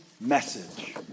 message